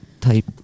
type